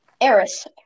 Eris